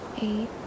eight